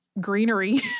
greenery